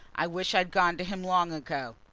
i wish i'd gone to him long ago.